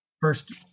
first